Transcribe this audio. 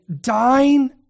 dying